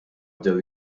bdew